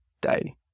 day